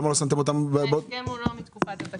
למה לא שמתם אותם --- ההסכם הוא לא מתקופת התקציב.